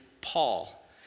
Paul